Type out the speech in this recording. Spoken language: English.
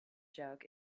jug